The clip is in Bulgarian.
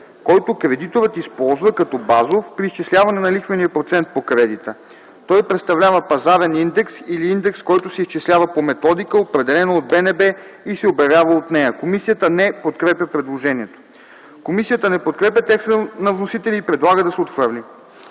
който кредиторът използва като базов при изчисляване на лихвения процент по кредита. Той представлява пазарен индекс или индекс, който се изчислява по методика, определена от БНБ, и се обявява от нея.” Комисията не подкрепя предложението. Комисията не подкрепя текста на вносителя и предлага да се отхвърли.